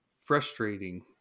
frustrating